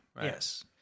Yes